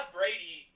Brady